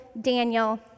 Daniel